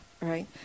right